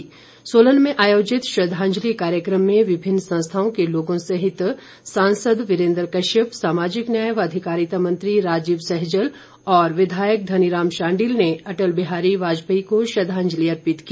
र्सोलन में आयोजित श्रद्वांजलि कार्यक्रम में विभिन्न संस्थाओ के लोगों सहित सांसद वीरेंद्र कश्यप सामाजिक न्याय व अधिकरिता मंत्री राजीव सहजल और विधायक धनीराम शांडिल ने अटल बिहारी वापजेपी को श्रद्धांजलि अर्पित की